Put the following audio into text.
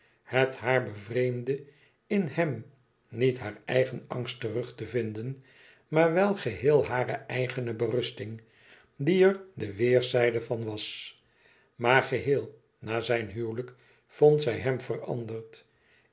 het haar bevreemdde in hem niet haar eigen angst terug te vinden maar wel geheel hare eigene berusting die er de weêrzijde van was maar geheel na zijn huwelijk vond zij hem veranderd